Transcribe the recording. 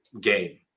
game